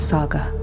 Saga